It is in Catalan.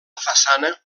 façana